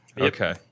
Okay